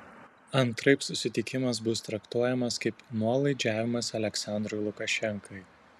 antraip susitikimas bus traktuojamas kaip nuolaidžiavimas aliaksandrui lukašenkai